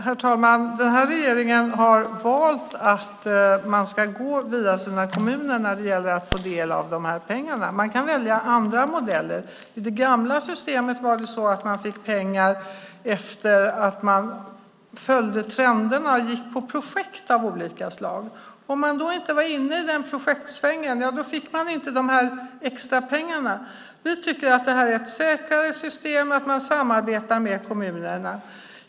Herr talman! Den här regeringen har valt modellen att man ska gå via sina kommuner när det gäller att få del av pengarna. Man kan välja andra modeller. Enligt det gamla systemet fick man pengar efter det att man följde trenderna och gick med på projekt av olika slag. Om man inte var inne i den projektsvängen fick man inte de extra pengarna. Vi tycker att det är ett säkrare system att samarbeta med kommunerna.